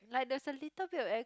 like there was a little bit of air